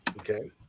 okay